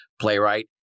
playwright